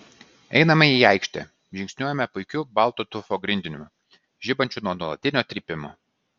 einame į aikštę žingsniuojame puikiu balto tufo grindiniu žibančiu nuo nuolatinio trypimo